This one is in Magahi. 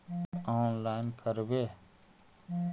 औनलाईन करवे?